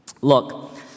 look